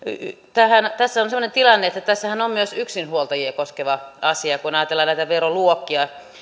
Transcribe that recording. tässä on semmoinen tilanne että tässähän on myös yksinhuoltajia koskeva asia kun ajatellaan näitä veroluokkia